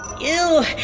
Ew